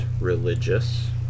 religious